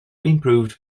improved